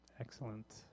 Excellent